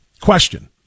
Question